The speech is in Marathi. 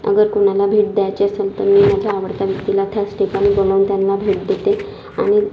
अगर कुणाला भेट द्यायचे असेल तर मी माझ्या आवडत्या व्यक्तीला त्याच ठिकाणी बोलवून त्यांना भेट देते आणि